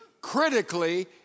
critically